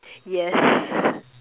yes